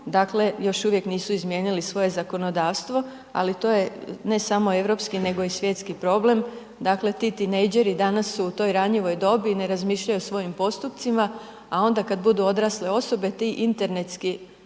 Dakle još uvijek nisu izmijenili svoje zakonodavstvo ali to je ne samo europski nego i svjetski problem, ti tinejdžeri danas u toj ranjivoj dobi, ne razmišljaju o svojim postupcima a onda kada budu odrasle osobe, ti internetski